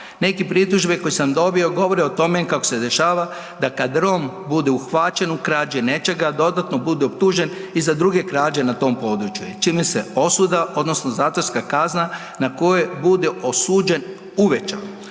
Neke pritužbe koje sam dobio govore o tome kako se dešava da kada Rom bude uhvaćen u krađi nečega dodatno bude optužen i za druge krađe na tom području čime se osuda odnosno zatvorska kazna na koju bude osuđen uveća.